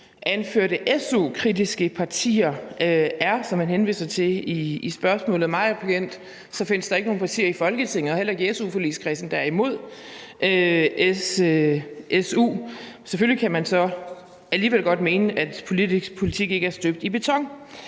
anførte su-kritiske partier er, som man henviser til i spørgsmålet. Mig bekendt findes der ikke nogen partier i Folketinget og heller ikke i su-forligskredsen, der er imod su. Selvfølgelig kan man så alligevel godt mene, at politik ikke er støbt i beton.